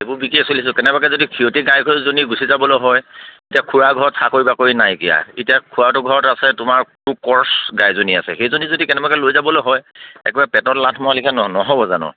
এইবোৰ বিকিয়ে চলিছোঁ কেনেবাকে যদি ক্ষিৰতী গাই কেইজনী গুচি যাবলৈ হয় এতিয়া খুড়া ঘৰত চাকৰি বাকৰি নাইকিয়া এতিয়া খুড়াহঁতৰ ঘৰত আছে তোমাৰটো কৰ্চ গাইজনী আছে সেইজনী যদি কেনেবাকে লৈ যাবলৈ হয় একেবাৰে পেটত লাঠ মৰাৰ লেখিয়া নহ'ব জানো